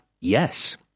yes